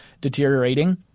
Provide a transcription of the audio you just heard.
deteriorating